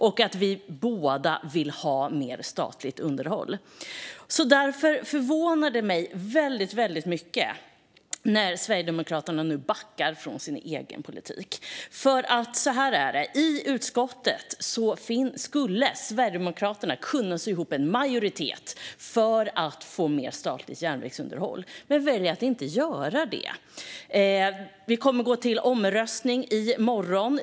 Båda partierna vill också ha mer statligt underhåll. Därför förvånar det mig väldigt mycket när Sverigedemokraterna nu backar från sin egen politik. I utskottet skulle Sverigedemokraterna kunna sy ihop en majoritet för att få mer statligt järnvägsunderhåll, men man väljer att inte göra det. Utskottet kommer att gå till omröstning i morgon.